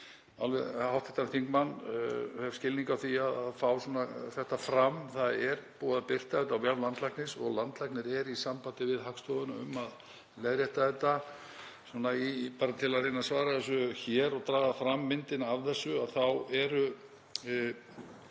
og ég skil hv. þingmann, hef skilning á því að fá þetta fram — það er búið að birta þetta á vef landlæknis og landlæknir er í sambandi við Hagstofuna um að leiðrétta þetta. Bara til að reyna að svara þessu hér og draga fram myndina af þessu þá er